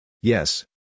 Yes